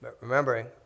Remembering